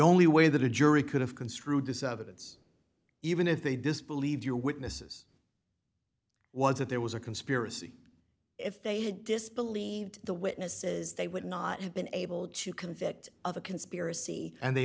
only way that a jury could have construed this evidence even if they disbelieve your witnesses was that there was a conspiracy if they had disbelieved the witnesses they would not have been able to convict of a conspiracy and they